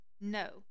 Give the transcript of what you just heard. No